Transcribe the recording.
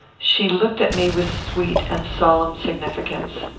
she looked at me with sweet and solemn significance.